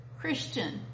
Christian